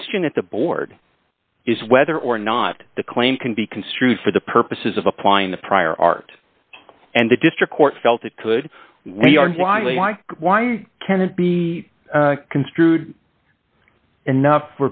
question at the board is whether or not the claim can be construed for the purposes of applying the prior art and the district court felt it could we are while i why can it be construed enough